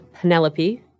Penelope